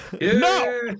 No